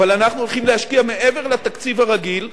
אבל אנחנו הולכים להשקיע מעבר לתקציב הרגיל,